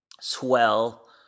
swell